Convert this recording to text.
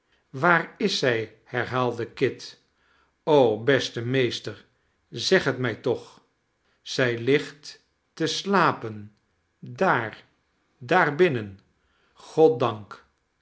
waar is zij herhaalde kit beste meester zeg het mij toch zij ligt te slapen